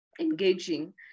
engaging